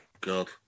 God